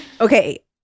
okay